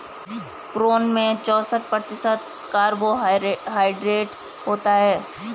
prune में चौसठ प्रतिशत तक कार्बोहायड्रेट होता है